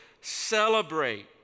celebrate